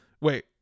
wait